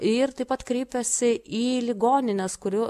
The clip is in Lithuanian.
ir taip pat kreipėsi į ligonines kurių